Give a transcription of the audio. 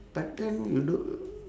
but then you look